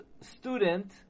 student